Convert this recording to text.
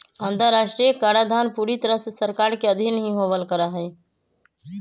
अन्तर्राष्ट्रीय कराधान पूरी तरह से सरकार के अधीन ही होवल करा हई